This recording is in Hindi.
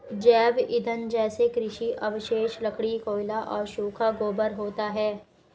जैव ईंधन जैसे कृषि अवशेष, लकड़ी, कोयला और सूखा गोबर होता है